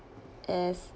as